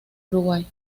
uruguay